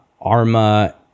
arma